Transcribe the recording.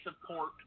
support